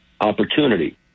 opportunity